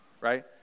Right